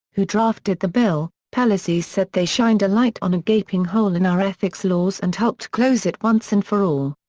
who drafted the bill, pelosi said they shined a light on a gaping hole in our ethics laws and helped close it once and for all.